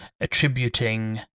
attributing